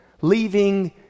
leaving